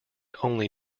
only